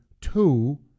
two